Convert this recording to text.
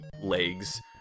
legs